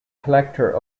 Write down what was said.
collector